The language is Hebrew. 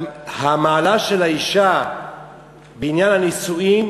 המעלה של האישה בעניין הנישואין